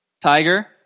Tiger